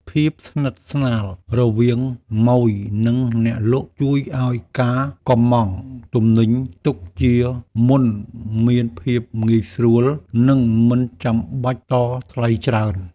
ភាពស្និទ្ធស្នាលរវាងម៉ូយ និងអ្នកលក់ជួយឱ្យការកុម្ម៉ង់ទំនិញទុកជាមុនមានភាពងាយស្រួល និងមិនចាំបាច់តថ្លៃច្រើន។